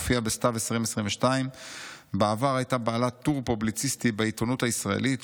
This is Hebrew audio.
הופיע בסתיו 2022. בעבר הייתה בעלת טור פובליציסטי בעיתונות הישראלית,